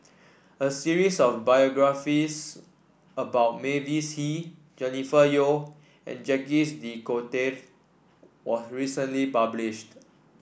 a series of biographies about Mavis Hee Jennifer Yeo and Jacques De Coutre was recently published